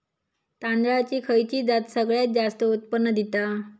तांदळाची खयची जात सगळयात जास्त उत्पन्न दिता?